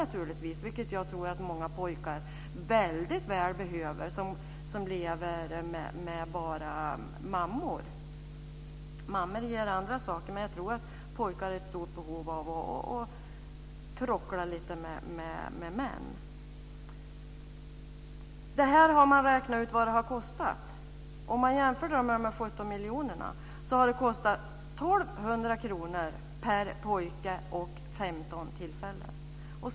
Det tror jag att många pojkar som lever med bara mammor väldigt väl behöver. Mammor ger andra saker, men jag tror att pojkar har ett stort behov av att "tråckla" lite med män. Man har räknat ut vad projektet har kostat. Om man jämför med de 17 miljonerna har det kostat 1 200 kr per pojke och 15 tillfällen.